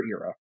era